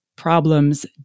problems